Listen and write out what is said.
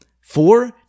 Four